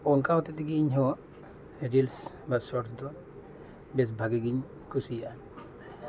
ᱚᱱᱠᱟ ᱦᱚᱛᱮᱫ ᱛᱮᱜᱮ ᱤᱧ ᱦᱚᱸ ᱨᱤᱞᱥ ᱟᱨ ᱥᱚᱨᱴᱥ ᱫᱚ ᱵᱮᱥ ᱵᱷᱟᱜᱮ ᱜᱤᱧ ᱠᱩᱥᱤᱭᱟᱜᱼᱟ